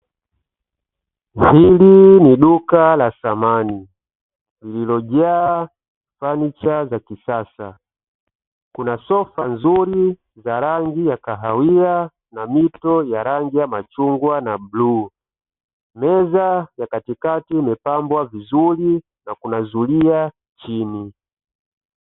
Hili ni duka la samani lililojaa fanicha za kisasa kuna sofa nzuri za rangi ya kahawia na mito ya rangi ya machungwa na bluu, meza ya katikati imepambwa vizuri na kuna zulia chini.